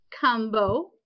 combo